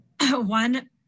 one